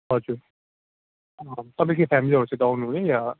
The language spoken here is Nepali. हजुर तपाईँ के फेमलीहरूसित आउनुहुने या